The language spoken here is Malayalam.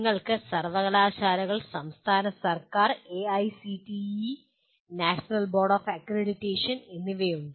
നിങ്ങൾക്ക് സർവകലാശാലകൾ സംസ്ഥാന സർക്കാർ A I C T E national board of accreditation എന്നിവയുണ്ട്